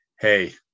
hey